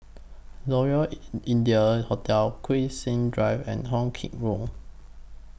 Royal in India Hotel Zubir Said Drive and Hong Kee Road